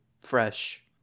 fresh